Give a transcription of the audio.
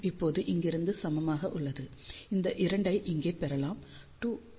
மற்றும் இப்போது இங்கிருந்து சமமாக உள்ளது இந்த 2 ஐ இங்கே பெறலாம் 2